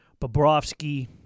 Bobrovsky